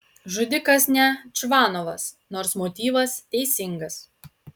žudikas ne čvanovas nors motyvas teisingas